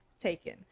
Taken